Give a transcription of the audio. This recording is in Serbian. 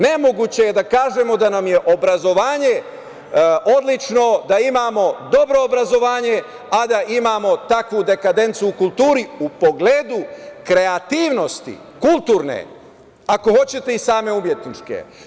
Nemoguće je da kažemo da nam je obrazovanje odlično, da imamo dobro obrazovanje, a da imamo takvu dekadencu u kulturi u pogledu kreativnosti kulturne, ako hoćete i same umetničke.